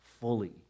fully